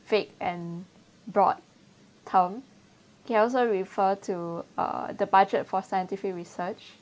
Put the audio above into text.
fake and broad term can also refer to uh the budget for scientific research